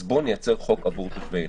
אז בואו נייצר חוק עבור תושבי אילת.